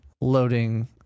loading